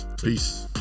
Peace